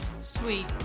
Sweet